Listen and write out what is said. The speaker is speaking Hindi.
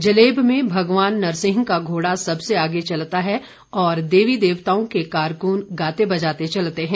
जलेब में भगवान नरसिंह का घोड़ा सबसे आगे चलता है और देवी देवताओं के कारकून गाते बजाते चलते हैं